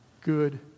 good